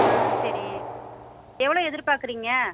சரி எவ்வளோ எதிர் பார்க்குறிங்க